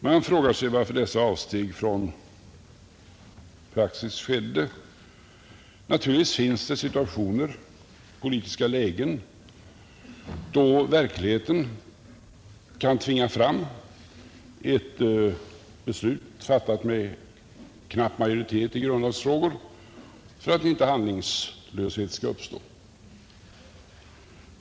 Man frågar sig varför dessa avsteg från praxis gjordes. Naturligtvis finns det situationer, politiska lägen, då verkligheten kan tvinga fram ett beslut, fattat med knapp majoritet, i grundlagsfrågor för att inte handlingslöshet skall uppstå.